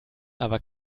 aber